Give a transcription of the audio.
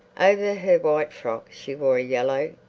over her white frock she wore a yellow,